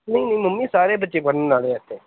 ਨਹੀਂ ਨਹੀਂ ਮੰਮੀ ਸਾਰੇ ਬੱਚੇ ਪੜ੍ਹਨ ਵਾਲੇ ਇੱਥੇ